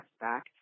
back